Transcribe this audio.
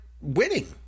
winning